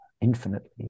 Infinitely